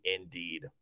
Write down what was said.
indeed